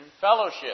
fellowship